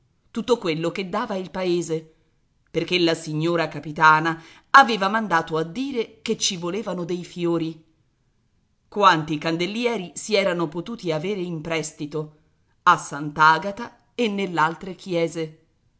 tutto quello che dava il paese perché la signora capitana aveva mandato a dire che ci volevano dei fiori quanti candelieri si erano potuti avere in prestito a sant'agata e nell'altre chiese